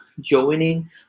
joining